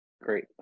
great